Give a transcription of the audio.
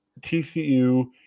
TCU